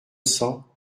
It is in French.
cents